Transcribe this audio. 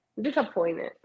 Disappointed